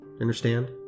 understand